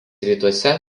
rytuose